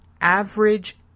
average